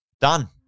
done